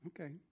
Okay